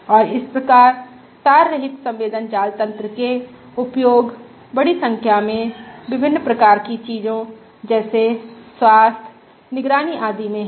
और इस प्रकार तार रहित संवेदन जाल तन्त्र के उपयोग बड़ी संख्या में विभिन्न प्रकार की चीजों जैसे स्वास्थ्य निगरानी आदि में हैं